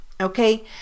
okay